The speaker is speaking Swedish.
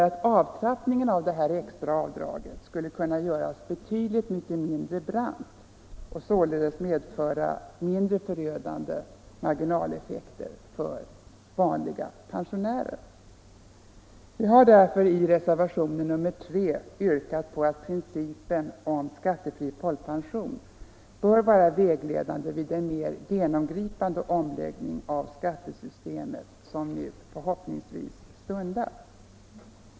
Avtrappningen av detta extra avdrag skulle då kunna göras betydligt mindre brant och således medföra mindre förödande marginaleffekter för vanliga pensionärer. Vi har därför i reservationen 3 yrkat på att principen om skattefri folkpension bör vara vägledande vid den mer genomgripande omläggning av skattesystemet som nu förhoppningsvis stundar.